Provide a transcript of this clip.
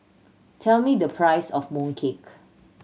tell me the price of mooncake